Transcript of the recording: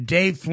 Dave